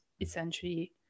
essentially